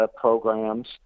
programs